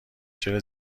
چرا